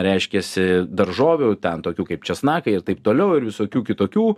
reiškiasi daržovių ten tokių kaip česnakai ir taip toliau ir visokių kitokių